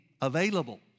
available